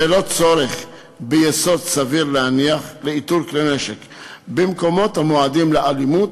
ללא צורך ב"יסוד סביר להניח" לאיתור כלי נשק במקומות המועדים לאלימות,